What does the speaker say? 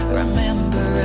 remember